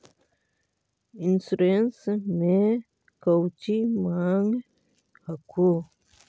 Insurance मे कौची माँग हको?